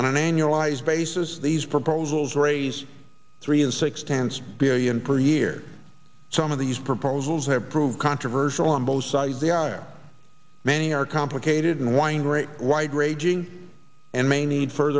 on an annualized basis these proposals raise three and six tenths billion per year some of these proposals have proved controversial on both sides many are complicated and winery wide raging and may need f